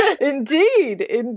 Indeed